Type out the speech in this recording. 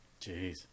Jeez